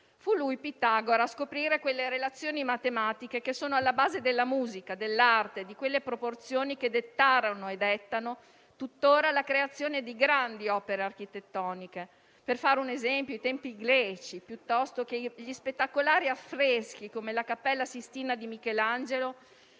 Fu lui, Pitagora, a scoprire le relazioni matematiche che sono alla base della musica, dell'arte e delle proporzioni che dettarono - e dettano tuttora - la creazione di grandi opere architettoniche come i templi greci o gli spettacolari affreschi della Cappella Sistina di Michelangelo,